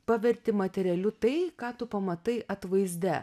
paverti materialiu tai ką tu pamatai atvaizde